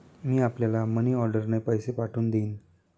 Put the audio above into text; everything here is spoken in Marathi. मी आपल्याला मनीऑर्डरने पैसे पाठवून देईन